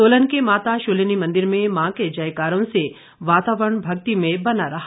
सोलन के माता शुलिनी मंदिर में मां के जयकारो से वातावरण भक्तिमय बना रहा